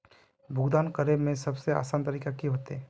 भुगतान करे में सबसे आसान तरीका की होते?